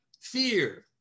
Fear